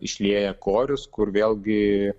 išlieja korius kur vėlgi